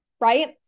Right